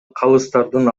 калыстардын